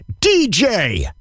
DJ